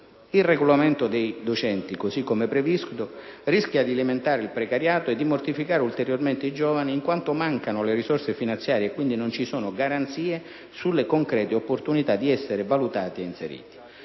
Il reclutamento dei docenti, così come previsto, rischia di alimentare il precariato e di mortificare ulteriormente i giovani in quanto mancano le risorse finanziarie e quindi non ci sono garanzie sulle concrete opportunità di essere valutati ed inseriti.